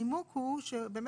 הנימוק פה,